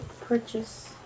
purchase